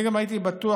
אני גם הייתי בטוח,